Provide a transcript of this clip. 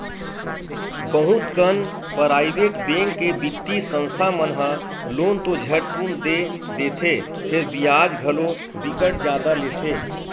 बहुत कन private bank के बित्तीय संस्था मन ह लोन तो झटकुन दे देथे फेर बियाज घलो बिकट जादा लेथे